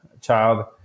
child